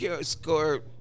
score –